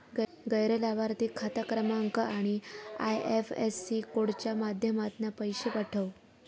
गैर लाभार्थिक खाता क्रमांक आणि आय.एफ.एस.सी कोडच्या माध्यमातना पैशे पाठव